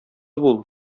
бул